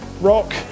rock